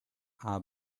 our